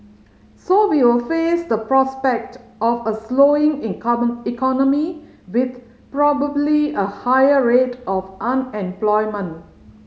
so we will face the prospect of a slowing economy with probably a higher rate of unemployment